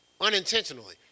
unintentionally